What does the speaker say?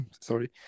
Sorry